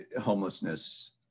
homelessness